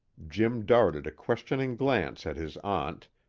jim darted a questioning glance at his aunt,